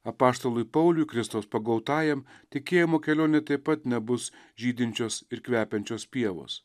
apaštalui pauliui kristaus tikėjimo kelionėje taip pat nebus žydinčios ir kvepiančios pievos